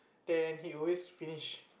then he always finish